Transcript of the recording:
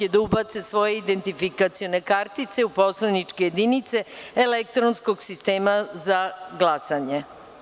da ubace svoje identifikacione kartice u poslaničke jedinice elektronskog sistema za glasanje.